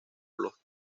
los